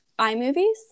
iMovies